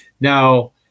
Now